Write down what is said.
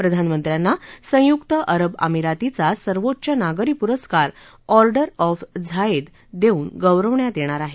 प्रधानमंत्र्यांना संयुक अरब आमिरातीचा सर्वोच्च नागरी पुरस्कार ऑर्डर ऑफ झायेद देऊन गौरवण्यात येणार आहे